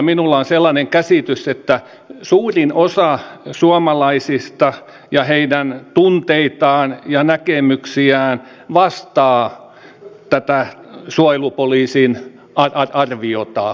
minulla on sellainen käsitys että suurimman osan suomalaisista tunteet ja näkemykset vastaavat tätä suojelupoliisin arviota